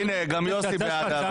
הינה, גם יוסי בעד ההצעה.